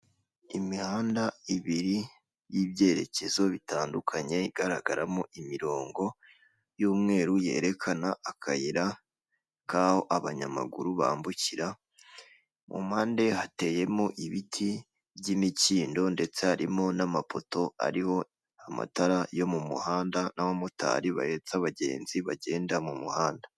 Imihanda ibiri y'ibyerekezo bitandukanye igaragaramo imirongo y'umweru yerekana akayira k'aho abanyamaguru bambukira, mu mpande hateyemo ibiti by'imikindo ndetse harimo n'amapoto ariho amatara yo mu muhanda n'abamotari bahetse abagenzi bagenda mu muhanda.